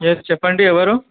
yes చెప్పండి ఎవరు